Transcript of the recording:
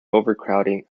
overcrowding